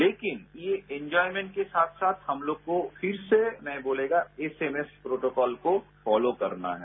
लेकिन ये एन्जॉयमेंट के साथ साथ हम लोग को फिर से मैं बोलेगा एस एम एस प्रोटोकॉल को फोलो करना है